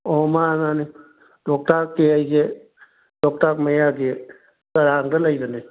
ꯑꯧ ꯃꯥꯅꯦ ꯃꯥꯅꯦ ꯂꯣꯛꯇꯥꯛꯀꯤ ꯑꯩꯁꯦ ꯂꯣꯛꯇꯥꯛ ꯃꯌꯥꯒꯤ ꯀꯔꯥꯡꯗ ꯂꯥꯕꯅꯦ